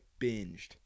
binged